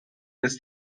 ist